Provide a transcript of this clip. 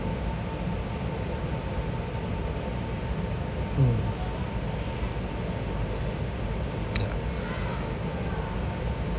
mm